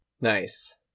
Nice